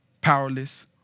powerless